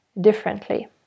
differently